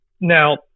Now